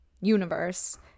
universe